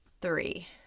Three